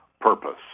purpose